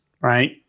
right